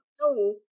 no